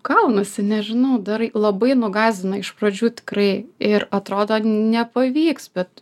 gaunasi nežinau darai labai nugąsdina iš pradžių tikrai ir atrodo nepavyks bet